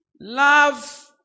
love